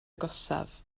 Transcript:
agosaf